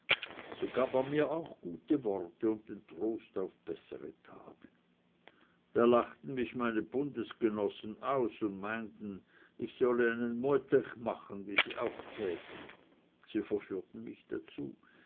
brachte gab man mir auch gute worte und den trost auf bessere tage damit lachten mich meine bundesgenossen aus und meinten ich solle einen mutech machen wie sie auch täten sie verführten mich dazu